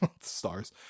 stars